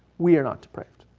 we are not to print.